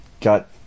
got